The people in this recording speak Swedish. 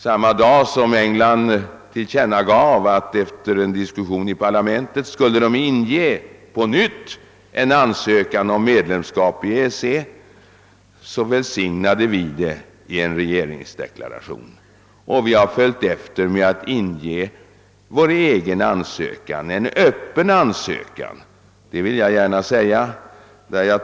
Samma dag som man i England tillkännagav att man efter en debatt i parlamentet på nytt skulle ansöka om medlemskap i EEC välsignade vi detta i en regeringsdeklaration och har också följt efter med att inge vår egen ansökan. Jag vill gärna framhålla att det är en öppen ansökan.